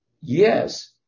yes